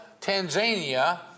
Tanzania